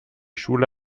schule